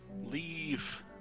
Leave